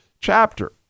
chapter